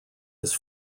his